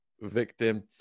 victim